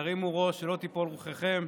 תרימו ראש, שלא תיפול רוחכם.